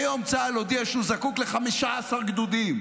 היום צה"ל הודיע שהוא זקוק ל-15 גדודים.